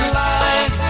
life